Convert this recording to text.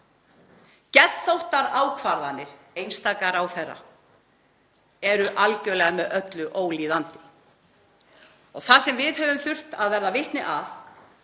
Geðþóttaákvarðanir einstakra ráðherra eru algerlega með öllu ólíðandi. Það sem við höfum þurft að verða vitni að